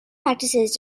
practices